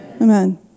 Amen